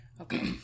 Okay